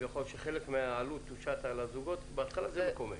שחלק מהעלות תושת על הזוגות במתווה.